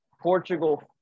Portugal